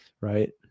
right